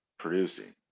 producing